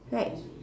right